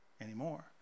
anymore